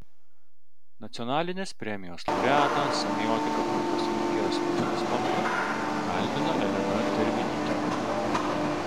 nacionalinės premijos laureatą semiotiką profesorių kęstutį nastopką kalbina elena tervidytė